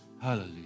Hallelujah